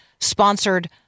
sponsored